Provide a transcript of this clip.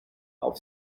auf